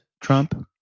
Trump